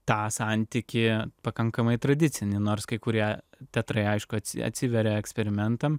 tą santykį pakankamai tradicinį nors kai kurie teatrai aišku atsiveria eksperimentam